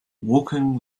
walking